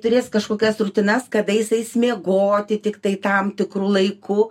turės kažkokias rutinas kada jis eis miegoti tiktai tam tikru laiku